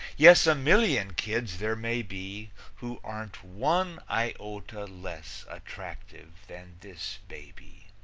yes, a million kids there may be who aren't one iota less attractive than this baby.